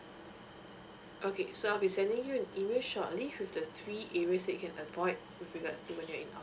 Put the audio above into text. okay so I'll be sending you an email shortly with the three areas that you can avoid with regard to ten minute in